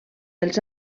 els